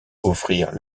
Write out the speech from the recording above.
offrir